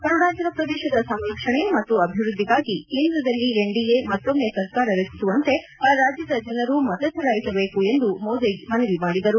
ಅರುಣಾಚಲಪ್ರದೇಶದ ಸಂರಕ್ಷಣೆ ಮತ್ತು ಅಭಿವೃದ್ದಿಗಾಗಿ ಕೇಂದ್ರದಲ್ಲಿ ಎನ್ಡಿಎ ಮತ್ತೊಮ್ಮೆ ಸರ್ಕಾರ ರಚಿಸುವಂತೆ ಆ ರಾಜ್ಯದ ಜನರು ಮತ ಚಲಾಯಿಸಬೇಕು ಎಂದು ಮೋದಿ ಮನವಿ ಮಾಡಿದರು